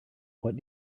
what